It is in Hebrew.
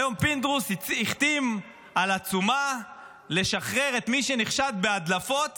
היום פינדרוס החתים על עצומה לשחרר את מי שנחשד בהדלפות